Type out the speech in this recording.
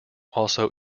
also